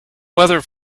weather